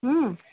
ᱦᱩᱸ